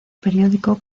periódico